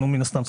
מן הסתם,